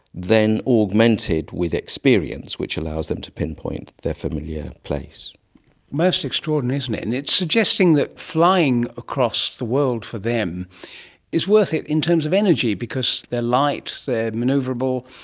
then augmented with experience, which allows them to pinpoint their familiar place. it's most extraordinary, isn't it, and it's suggesting that flying across the world for them is worth it in terms of energy because they are light, they're manoeuvrable.